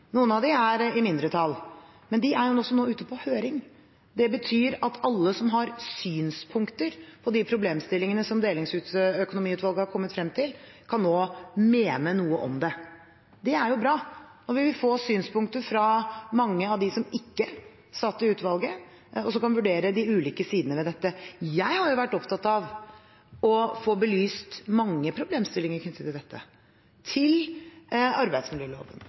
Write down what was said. Noen av dem er i mindretall, men de er nå ute på høring. Det betyr at alle som har synspunkter på de problemstillingene som Delingsøkonomiutvalget har kommet frem til, nå kan mene noe om dette. Det er bra. Vi vil få synspunkter fra mange av dem som ikke satt i utvalget, og som kan vurdere de ulike sidene ved dette. Jeg har vært opptatt av å få belyst mange problemstillinger knyttet til dette – til arbeidsmiljøloven,